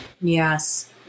Yes